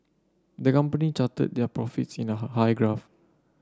the company charted their profits in a high graph